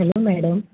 hello madam